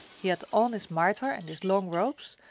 he had on his mitre and his long robes,